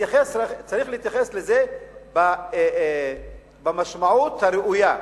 צריך להתייחס לזה במשמעות הראויה.